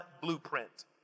blueprint